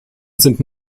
sind